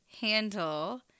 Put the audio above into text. handle